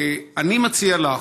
אני מציע לך,